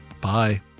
Bye